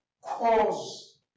cause